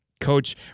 coach